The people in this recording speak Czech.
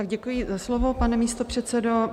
Děkuji za slovo, pane místopředsedo.